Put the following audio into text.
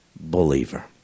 believer